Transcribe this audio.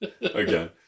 again